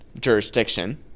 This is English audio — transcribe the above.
jurisdiction